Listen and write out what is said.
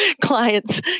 clients